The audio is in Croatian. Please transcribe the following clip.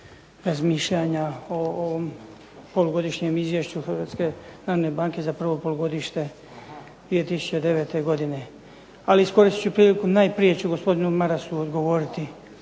razmišljanja o ovom polugodišnjem izvješću Hrvatske narodne banke za prvo polugodište 2009. godine. Ali iskoristiti ću priliku, najprije ću gospodinu Marasu odgovoriti.